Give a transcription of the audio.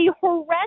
horrendous